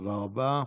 תודה רבה.